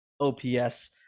OPS